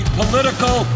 political